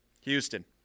Houston